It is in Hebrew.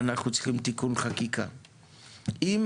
אנחנו צריכים תיקון חקיקה.